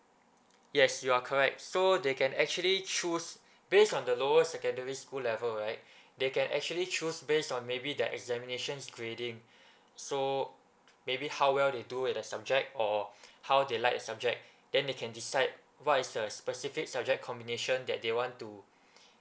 yes you are correct so they can actually choose based on the lower secondary school level right they can actually choose based on maybe their examinations grading so maybe how well they do in a subject or how they like a subject then they can decide what is the specific subject combination that they want to